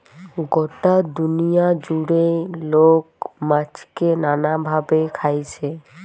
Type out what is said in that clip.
গটা দুনিয়া জুড়ে লোক মাছকে নানা ভাবে খাইছে